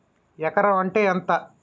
ఎకరం అంటే ఎంత?